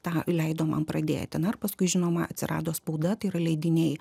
tą leido man pradėti na ir paskui žinoma atsirado spauda tai yra leidiniai